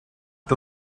the